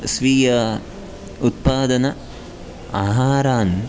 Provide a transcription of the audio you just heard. स्वीय उत्पादन आहारान्